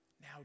Now